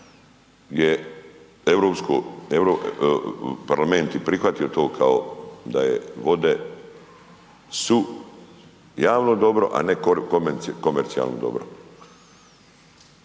parlament je prihvatio to kao vode su javno dobro a ne komercijalno dobro.